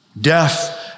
death